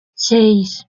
seis